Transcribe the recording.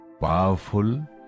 powerful